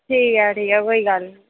ठीक ऐ ठीक ऐ कोई गल्ल नेईं